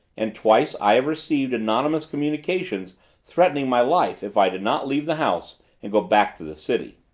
and twice i have received anonymous communications threatening my life if i did not leave the house and go back to the city.